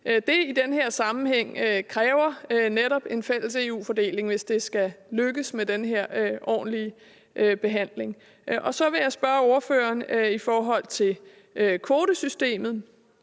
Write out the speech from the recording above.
det i den her sammenhæng netop kræver en fælles EU-fordeling, hvis det skal lykkes med den her ordentlige behandling. Så vil jeg spørge ordføreren i forbindelse med kvotesystemet